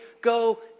go